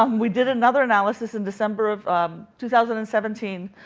um we did another analysis in december of two thousand and seventeen.